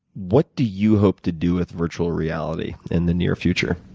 what do you hope to do with virtual reality in the near future?